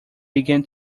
began